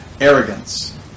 arrogance